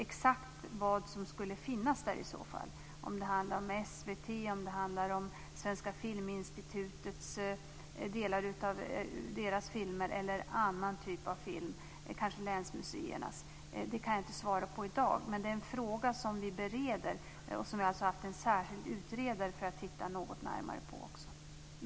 Exakt vad som skulle finnas där i så fall - om det handlar om SVT:s filmer, om Svenska Filminstitutets filmer, länsmuséernas filmer eller någon annan typ av film - kan jag inte svara på i dag. Men det är en fråga som vi bereder och som en särskild utredare har tittat närmare på.